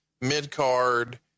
mid-card